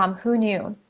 um who knew?